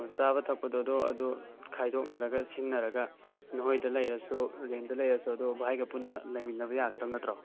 ꯑꯣ ꯆꯥꯕ ꯊꯛꯄꯗꯣ ꯑꯗꯣ ꯈꯥꯏꯗꯣꯛꯅꯔꯒ ꯁꯤꯟꯅꯔꯒ ꯅꯈꯣꯏꯗ ꯂꯩꯔꯁꯨ ꯔꯦꯟꯗ ꯂꯩꯔꯁꯨ ꯑꯗꯨ ꯚꯥꯏꯒ ꯄꯨꯟꯅ ꯂꯩꯃꯤꯟꯅꯕ ꯌꯥꯒꯗꯕ ꯅꯠꯇ꯭ꯔꯣ